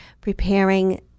preparing